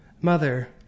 mother